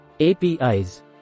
APIs